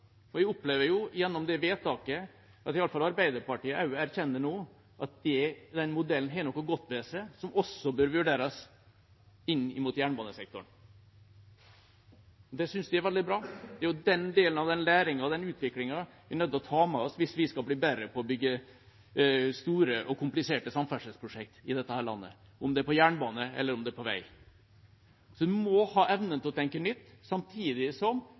Jeg opplever gjennom det vedtaket at i alle fall Arbeiderpartiet nå også erkjenner at den modellen har noe godt ved seg som også bør vurderes i jernbanesektoren. Det synes jeg er veldig bra. Det er jo den delen av den læringen og den utviklingen vi er nødt til å ta med oss hvis vi skal bli bedre på å bygge store og kompliserte samferdselsprosjekter i dette landet – om det er på jernbane, eller om det er på vei. Vi må ha evnen til å tenke nytt, samtidig som